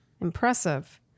impressive